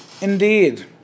Indeed